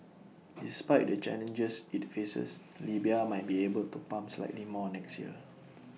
despite the challenges IT faces Libya might be able to pump slightly more next year